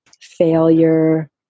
failure